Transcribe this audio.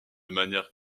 manière